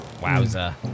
Wowza